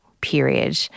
period